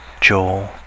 Joel